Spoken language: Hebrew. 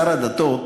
שר הדתות,